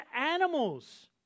animals